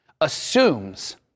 assumes